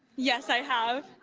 yes, i have.